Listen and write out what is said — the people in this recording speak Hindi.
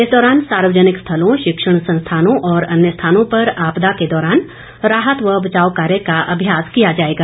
इस दौरान सार्वजनिक स्थलों शिक्षण संस्थानों और अन्य स्थानों पर आपदा के दौरान राहत व बचाव कार्य का अभ्यास किया जाएगा